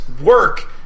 work